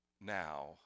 now